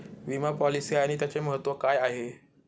विमा पॉलिसी आणि त्याचे महत्व काय आहे?